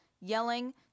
yelling